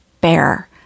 Bear